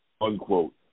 unquote